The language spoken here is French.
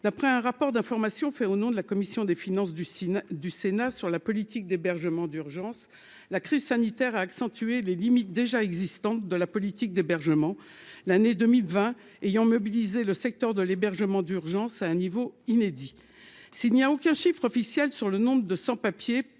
d'après un rapport d'information fait au nom de la commission des finances du Sinn du Sénat sur la politique d'hébergement d'urgence, la crise sanitaire a accentué les limites déjà existantes de la politique d'hébergement, l'année 2020 ayant mobilisé le secteur de l'hébergement d'urgence à un niveau inédit, s'il n'y a aucun chiffre officiel sur le nombre de sans-papiers